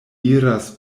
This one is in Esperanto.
iras